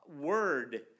Word